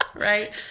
Right